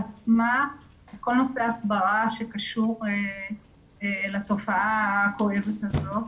עצמה את כל נושא ההסברה שקשור לתופעה הכואבת הזו.